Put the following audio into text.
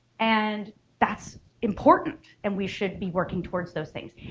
and that's important and we should be working towards those things.